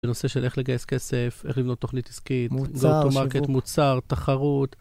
בנושא של איך לגייס כסף, איך לבנות תוכנית עסקית, go to market, מוצר, תחרות